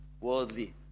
worldly